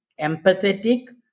empathetic